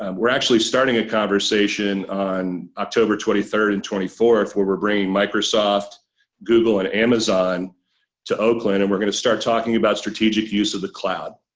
um we're actually starting a conversation on october twenty third and twenty fourth where we're bringing microsoft google and amazon to oakland and we're going to start talking about strategic use of the cloud.